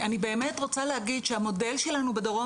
אני באמת רוצה להגיד שהמודל שלנו בדרום